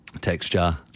Texture